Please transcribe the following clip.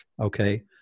Okay